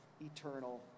eternal